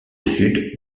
sud